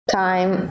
time